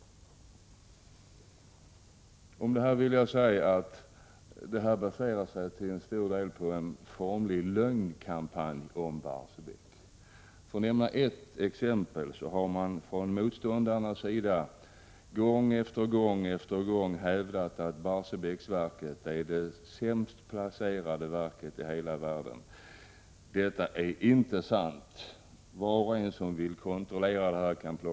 Om detta vill jag säga att det hela till stor del baseras på en formlig lögnkampanj. För att ta ett exempel kan jag nämna att motståndarna gång på gång hävdat att Barsebäcksverket är det sämst placerade kärnkraftverket i hela världen. Det är inte sant. Var och en som vill kontrollera detta kan — Prot.